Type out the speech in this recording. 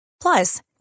Plus